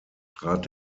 trat